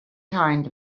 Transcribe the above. kind